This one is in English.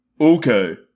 Okay